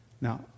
Now